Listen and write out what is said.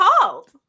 called